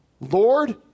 Lord